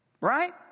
Right